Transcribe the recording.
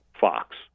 Fox